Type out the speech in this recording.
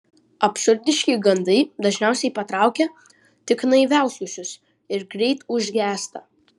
absurdiški gandai dažniausiai patraukia tik naiviausiuosius ir greit užgęsta